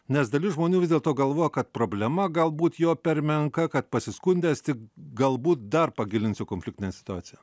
nes dalis žmonių vis dėlto galvoja kad problema galbūt jo per menka kad pasiskundęs tik galbūt dar pagilinsiu konfliktinę situaciją